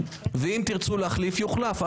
ואם תרצו להחליף יוחלף.